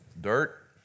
dirt